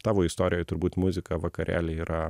tavo istorijo turbūt muzika vakarėliai yra